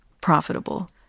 profitable